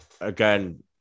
again